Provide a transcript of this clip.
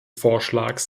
vorschlags